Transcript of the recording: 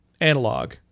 analog